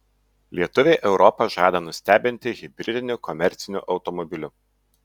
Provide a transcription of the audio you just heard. lietuviai europą žada nustebinti hibridiniu komerciniu automobiliu